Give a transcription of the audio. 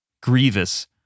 grievous